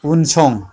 उनसं